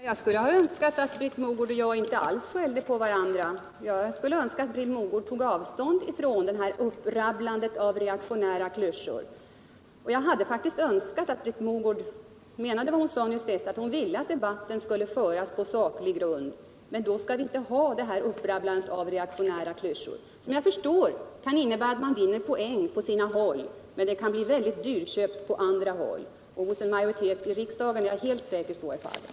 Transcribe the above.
Herr talman! Jag skulle önska att Britt Mogård och jag inte alls skällde på varandra — jag skulle önska att Britt Mogård tog avstånd från det här upprabblandet av reaktionära klyschor som hennes närmaste politiska tjänsteman bestått oss med. Och jag hade faktiskt önskat att Britt Mogård menade vad hon sade nyss, att debatten skall föras på saklig grund. Men då passar inte reaktionära klyschor. Jag förstår att sådant tal kan innebära att man på sina håll vinner poäng, men på andra håll kan man förlora poäng, och hos en majoritet av riksdagen är jag säker på att så blir fallet.